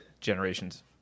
generations